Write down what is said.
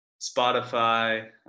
Spotify